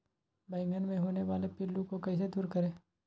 बैंगन मे होने वाले पिल्लू को कैसे दूर करें?